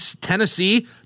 Tennessee